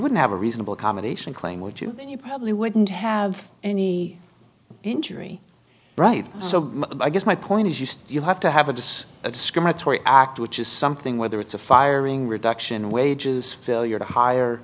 wouldn't have a reasonable accommodation claim would you and you probably wouldn't have any injury right so i guess my point is used you have to have a does a discriminatory act which is something whether it's a firing reduction wages failure to hire